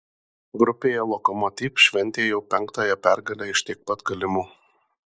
grupėje lokomotiv šventė jau penktąją pergalę iš tiek pat galimų